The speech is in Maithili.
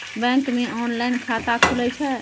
बैंक मे ऑनलाइन खाता खुले छै?